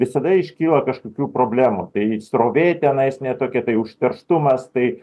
visada iškyla kažkokių problemų tai srovė tenais ne tokia tai užterštumas tai